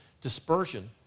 dispersion